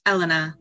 Elena